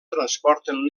transporten